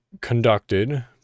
conducted